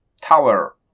tower